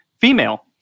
female